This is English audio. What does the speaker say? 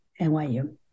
NYU